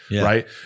right